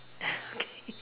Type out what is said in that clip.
okay